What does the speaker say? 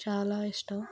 చాలా ఇష్టం